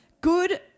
good